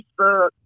Facebook